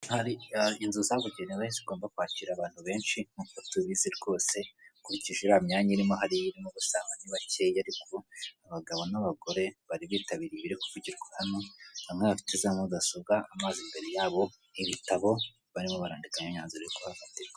Hari inzu zabugenewe zigomba kwakira abantu benshi nkuko tubizi rwose ukurikije iriya myanya irimo hariya irimo ubona ari bakeya ariko abagabo n'abagore bari bitabiriye ibiri kuvugirwa hano bamwe bafite za mudasobwa, amazi imbere yabo, ibitabo barimo barandika imyanzuro iri kuhafatirwa.